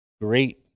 great